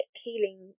healing